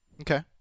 Okay